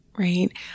Right